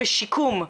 ושיקום,